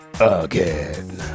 again